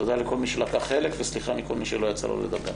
תודה לכל מי שנטל חלק וסליחה מכל מי שלא יצא לו לדבר.